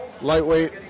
Lightweight